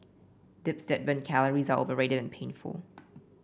dips that burn calories are overrated and painful